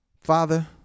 Father